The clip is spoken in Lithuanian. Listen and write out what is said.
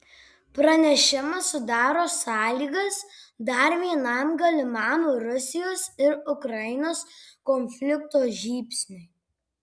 pranešimas sudaro sąlygas dar vienam galimam rusijos ir ukrainos konflikto žybsniui